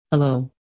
Hello